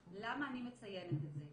למה אני מציינת את זה?